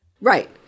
Right